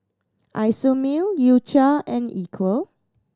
Isomil U Cha and Equal